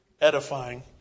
edifying